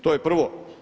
To je prvo.